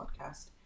podcast